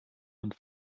und